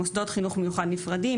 מוסדות חינוך מיוחד נפרדים,